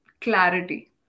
clarity